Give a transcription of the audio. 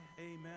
amen